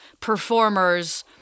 performers